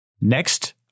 Next